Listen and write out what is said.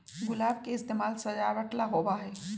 गुलाब के इस्तेमाल सजावट ला होबा हई